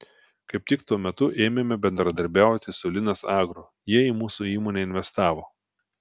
kaip tik tuo metu ėmėme bendradarbiauti su linas agro jie į mūsų įmonę investavo